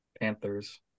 panthers